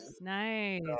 Nice